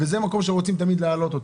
זה מקום שתמיד רוצים להעלות אותו.